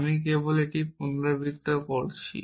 আমি কেবল এটি পুনরাবৃত্তি করছি